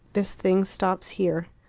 this thing stops here.